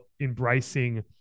embracing